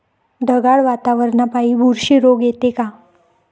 ढगाळ वातावरनापाई बुरशी रोग येते का?